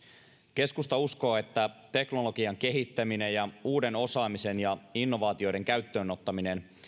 keskusta uskoo että teknologian kehittäminen ja uuden osaamisen ja innovaatioiden käyttöönottaminen